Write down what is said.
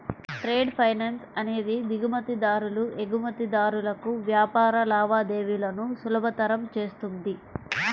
trade finance అనేది దిగుమతిదారులు, ఎగుమతిదారులకు వ్యాపార లావాదేవీలను సులభతరం చేస్తుంది